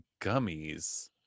Gummies